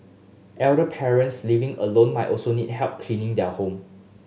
elder parents living alone might also need help cleaning their home